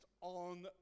on